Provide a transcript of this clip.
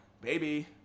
baby